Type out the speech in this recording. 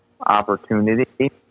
opportunity